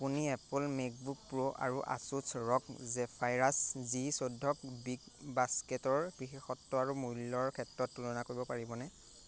আপুনি Apple MacBook Pro আৰু Asus ROG Zephyrus G চৈধ্য়ক বিগ বাস্কেটৰ বিশেষত্ব আৰু মূল্যৰ ক্ষেত্ৰত তুলনা কৰিব পাৰিবনে